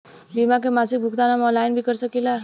बीमा के मासिक भुगतान हम ऑनलाइन भी कर सकीला?